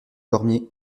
cormier